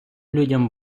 людям